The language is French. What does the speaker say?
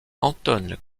anton